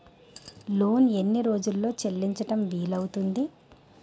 Loan ఎన్ని రోజుల్లో చెల్లించడం వీలు అవుతుంది?